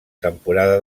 temporada